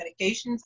medications